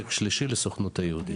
והעתק שלישי לסוכנות היהודית.